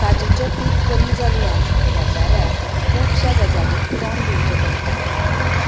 काजूचे पीक कमी जाल्ल्यान व्याप्याऱ्याक खुबश्या गजालींक तोंड दिवचें पडटा